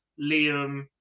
Liam